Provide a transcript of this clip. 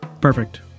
Perfect